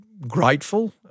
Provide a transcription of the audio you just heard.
grateful